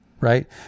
right